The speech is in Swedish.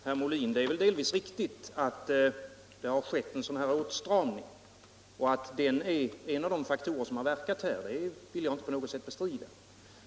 Herr talman! Det är delvis riktigt, herr Molin, att det skett en åtstramning och att den är en av de faktorer som verkat här vill jag inte på något sätt bestrida.